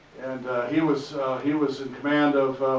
and he was he was in command of,